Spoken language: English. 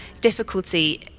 difficulty